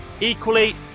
Equally